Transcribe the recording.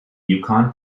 yukon